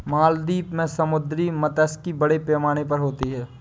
मालदीव में समुद्री मात्स्यिकी बड़े पैमाने पर होती होगी